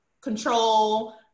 control